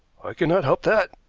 i cannot help that.